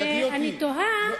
ואני תוהה,